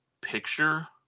picture